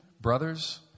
brothers